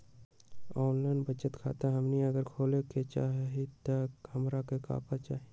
Online बचत खाता हमनी अगर खोले के चाहि त हमरा का का चाहि?